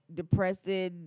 depressed